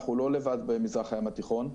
אנחנו לא לבד במזרח הים התיכון.